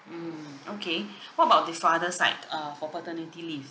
mm okay what about the father side uh for paternity leave